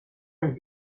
vez